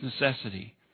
necessity